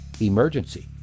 emergency